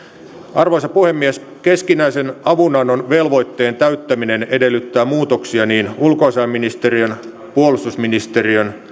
arvoisa puhemies keskinäisen avunannon velvoitteen täyttäminen edellyttää muutoksia niin ulkoasiainministeriön puolustusministeriön